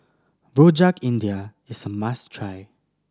Rojak India is a must try